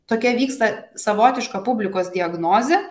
tokia vyksta savotiška publikos diagnozė